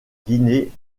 guinée